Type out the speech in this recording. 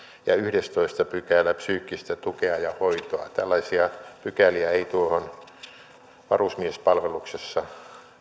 ja yhdestoista pykälä psyykkistä tukea ja hoitoa tällaisia pykäliä ei tuohon varusmiespalveluksessa